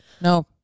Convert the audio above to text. no